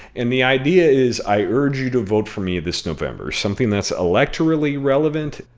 and the idea is, i urge you to vote for me this november something that's electorally relevant.